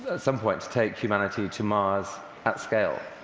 ah some point, to take humanity to mars at scale.